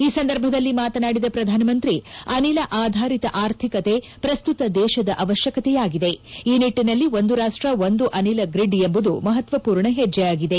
ಈ ಸಂದರ್ಭದಲ್ಲಿ ಮಾತನಾಡಿದ ಪ್ರಧಾನಮಂತ್ರಿ ಅನಿಲ ಆಧಾರಿತ ಆರ್ಥಿಕತೆ ಪ್ರಸ್ತುತ ದೇಶದ ಅವಶ್ಯಕತೆಯಾಗಿದೆ ಈ ನಿಟ್ಟಿನಲ್ಲಿ ಒಂದು ರಾಷ್ಟ ಒಂದು ಅನಿಲ ಗ್ರಿಡ್ ಎಂಬುದು ಮಹತ್ಸಪೂರ್ಣ ಹೆಜ್ಜೆಯಾಗಿದೆ